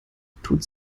tut